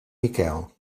miquel